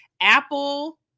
Apple